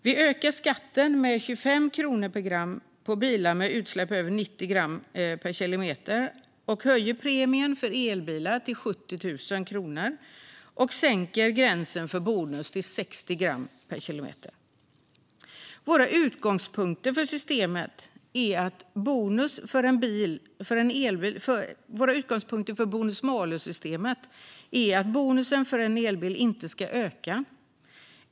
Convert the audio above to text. Vi ökar skatten med 25 kronor per gram på bilar med utsläpp över 90 gram per kilometer, höjer premien för elbilar till 70 000 kronor och sänker gränsen för bonus till 60 gram per kilometer. Vår utgångspunkt för bonus-malus-systemet är att bonusen för en elbil inte ska öka.